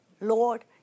Lord